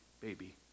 baby